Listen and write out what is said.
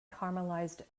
caramelized